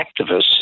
activists